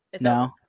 No